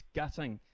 gutting